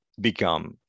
become